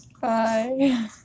Bye